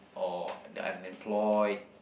or the unemployed